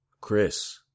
Chris